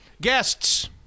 Guests